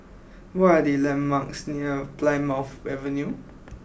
what are the landmarks near Plymouth Avenue